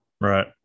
right